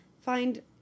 find